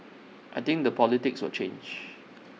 I think the politics will change